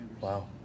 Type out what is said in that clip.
wow